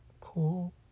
cool